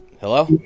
Hello